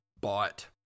bought